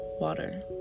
water